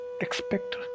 expect